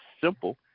simple